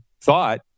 thought